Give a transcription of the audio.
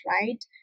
right